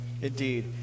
Indeed